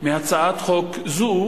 בהצעת חוק זאת